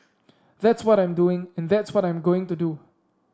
that's what I'm doing and that's what I'm going to do